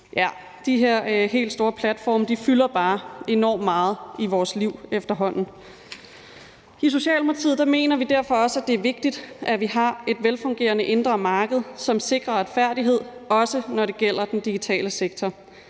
De her helt store platforme fylder bare enormt meget i vores liv efterhånden. I Socialdemokratiet mener vi derfor også, at det er vigtigt, at vi har et velfungerende indre marked, som sikrer retfærdighed, også når det gælder den digitale sektor.